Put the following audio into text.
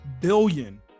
billion